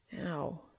Ow